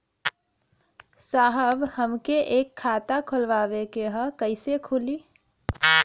साहब हमके एक खाता खोलवावे के ह कईसे खुली?